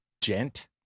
gent